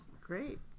Great